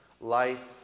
life